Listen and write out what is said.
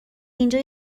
اینجا